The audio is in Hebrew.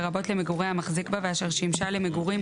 לרבות למגורי המחזיק בה ואשר שימשה למגורים